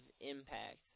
impact